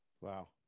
Wow